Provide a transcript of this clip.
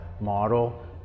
model